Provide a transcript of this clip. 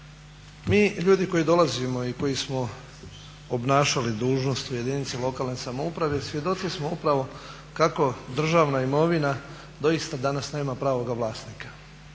Mi ljudi koji dolazimo i koji su obnašali dužnost u jedinice lokalne samouprave svjedoci smo kako državna imovina doista danas nema pravoga vlasnika.